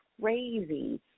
crazy